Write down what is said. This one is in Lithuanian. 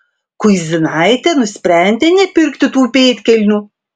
kuizinaitė nusprendė nepirkti tų pėdkelnių